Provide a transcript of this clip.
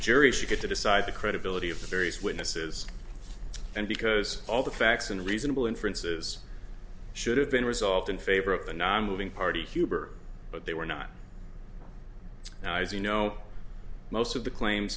jury should get to decide the credibility of the various witnesses and because all the facts and reasonable inferences should have been resolved in favor of the nonmoving party huber but they were not now as you know most of the claims